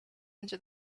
into